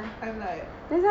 then I am like